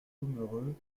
pomereux